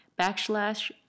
backslash